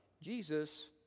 Jesus